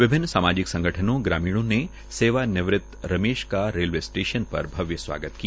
विभिन्न सामाजिक संगठनों ग्रामीणों ने सेवानिवृत रमेश् का रेलवे स्टेशन पर भव्य स्वागत किया